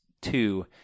two